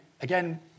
again